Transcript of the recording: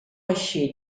així